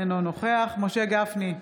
אינו נוכח משה גפני,